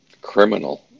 criminal